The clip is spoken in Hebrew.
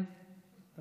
אפשר